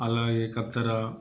అలాగే కత్తెర